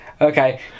Okay